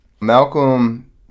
Malcolm